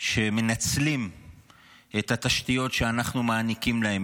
שמנצלים את התשתיות שאנחנו מעניקים להם,